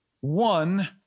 one